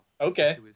okay